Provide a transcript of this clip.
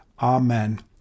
Amen